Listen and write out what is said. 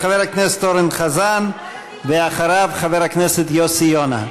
חבר הכנסת אורן חזן, ואחריו, חבר הכנסת יוסי יונה.